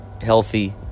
healthy